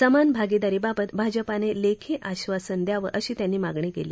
समान भागीदारीबाबत भाजपानं लेखी आश्वासन द्यावं अशी मागणी त्यांनी केली